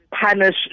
punish